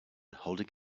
holding